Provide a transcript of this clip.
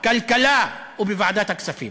כלכלה וועדת הכספים.